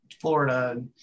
florida